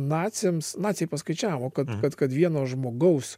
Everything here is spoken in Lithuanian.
naciams naciai paskaičiavo kad kad kad vieno žmogaus